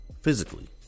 Physically